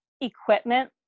equipment